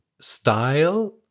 style